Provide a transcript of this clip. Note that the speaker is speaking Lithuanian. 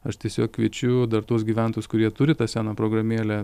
aš tiesiog kviečiu dar tuos gyventojus kurie turi tą seną programėlę